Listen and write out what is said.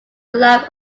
life